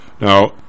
Now